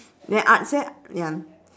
ya ah same ya